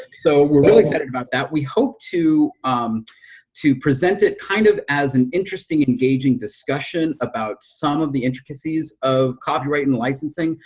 so, we're really excited about that. we hope to um to present it kind of as an interesting engaging discussion about some of the intricacies of copyright and licensing,